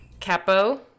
Capo